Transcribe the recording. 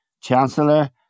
chancellor